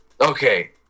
Okay